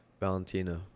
Valentina